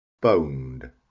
Boned